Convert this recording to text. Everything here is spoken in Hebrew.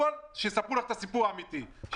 שיספרו לך את הסיפור האמיתי,